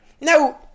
Now